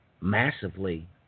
massively